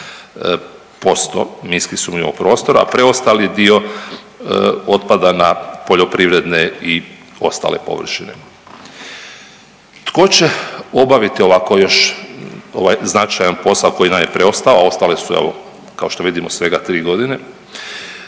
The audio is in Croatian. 98% minski sumnjivog prostora, a preostali dio otpada na poljoprivredne i ostale površine. Tko će obaviti ovako još značajan ovaj posao koji nam je preostao, a ostale su evo kao što vidimo svega 3 godine?